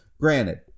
Granted